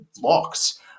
locks